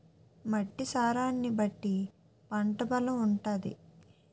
మట్టి సారాన్ని బట్టి పంట బలం ఉంటాది